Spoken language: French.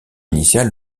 initial